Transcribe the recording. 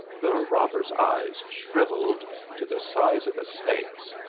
the robber's eyes shrivelled to the size of a snake's,